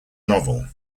novel